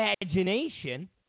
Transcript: Imagination